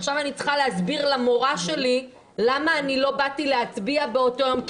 ועכשיו אני צריכה להסביר למורה שלי למה אני לא באתי להצביע באותו יום,